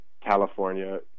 california